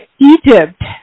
Egypt